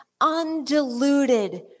undiluted